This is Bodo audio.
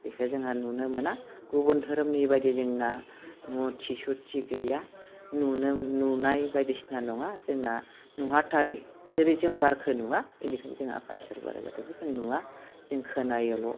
बेखौ जोंहा नुनो मोना गुबुन दोहोरोमनि बायदि जोंना मुरथि थुरथि गैया नुनो नुनाय बायदिसिना नङा जोंना नुहाथारि जेरै जों बारखौ नुवा बिदिखौनो जों आफा इसोर बोराय बाथौखौ जों नुवा जों खोनायोल'